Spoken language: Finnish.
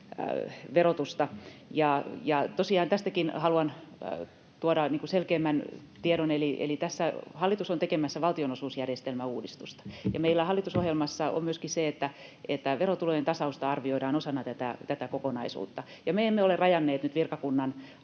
verotusta. Tosiaan tästäkin haluan tuoda selkeimmän tiedon, eli tässä hallitus on tekemässä valtionosuusjärjestelmän uudistusta, ja meillä hallitusohjelmassa on myöskin se, että verotulojen tasausta arvioidaan osana tätä kokonaisuutta, ja me emme ole rajanneet nyt virkakunnan